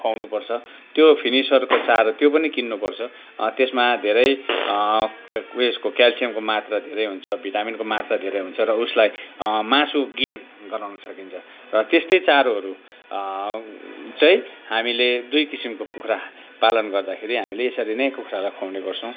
खुवाउनु पर्छ त्यो फिनिसरको चारो त्यो पनि किन्नुपर्छ त्यसमा धेरै उयसको केल्सियमको मात्रा धेरै हुन्छ भिटामिनको मात्रा धेरै हुन्छ र उसलाई मासु गेन गराउन सकिन्छ र त्यस्तै चारोहरू चाहिँ हामीले दुई किसिमको कुखुरा पालन गर्दाखेरि हामीले यसरी नै कुखुरालाई खुवाउने गर्छौँ